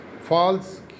False